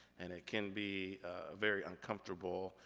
and it can be very uncomfortable,